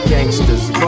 Gangsters